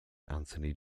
anthony